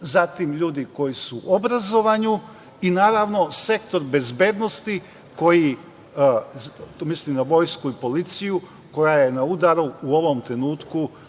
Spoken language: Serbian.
zatim ljudi koji su u obrazovanju i naravno sektor bezbednosti, mislim na vojsku i policiju, koji je na udaru u ovom trenutku krize